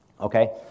Okay